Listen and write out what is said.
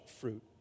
fruit